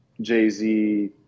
Jay-Z